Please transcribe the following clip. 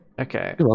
okay